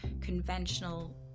conventional